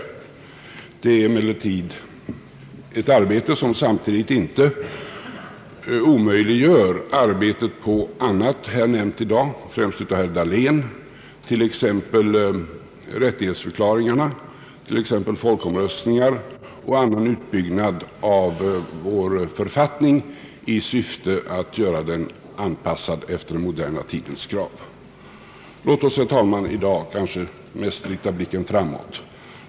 Det är emellertid ett arbete som inte omöjliggör samtidigt arbete på andra områden som nämnts här i dag, främst av herr Dahlén, t.ex. rättighetsförklaringarna, t.ex. folkomröstningar och annan utbyggnad av vår författning i syfte att anpassa den efter den moderna tidens krav. Låt oss, herr talman, i dag mest rikta blicken framåt.